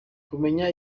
kumenya